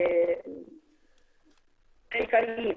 עיקריים,